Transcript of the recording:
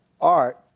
art